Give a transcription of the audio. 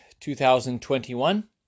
2021